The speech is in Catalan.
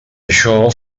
això